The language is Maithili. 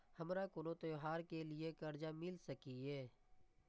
हमारा कोनो त्योहार के लिए कर्जा मिल सकीये?